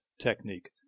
technique